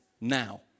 now